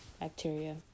bacteria